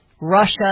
Russia